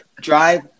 drive